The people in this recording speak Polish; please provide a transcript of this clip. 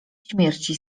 śmierci